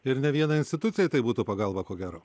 ir ne vienai institucijai tai būtų pagalba ko gero